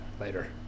Later